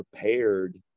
prepared